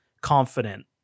confident